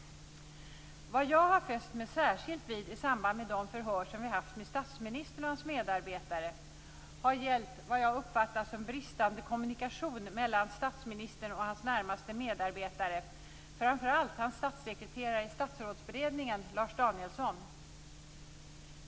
Det som jag har fäst mig särskilt vid i samband med de förhör som vi haft med statsministern och hans medarbetare har gällt vad jag uppfattat som bristande kommunikation mellan statsministern och hans närmaste medarbetare, framför allt hans statssekreterare i Statsrådsberedningen Lars Danielsson.